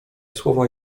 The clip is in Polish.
słowa